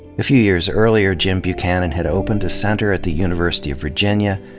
a few years earlier, jim buchanan had opened a center at the university of virginia,